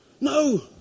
No